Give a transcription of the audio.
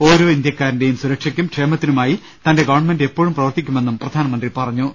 ഓരോ ഇന്ത്യക്കാരന്റെയും സുരക്ഷയ്ക്കും ക്ഷേമത്തിനുമായി തന്റെ ഗവൺമെന്റ് എപ്പോഴും പ്രവർത്തിക്കുമെന്നും പ്രധാനമന്ത്രി പറ ഞ്ഞു